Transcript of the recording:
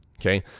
Okay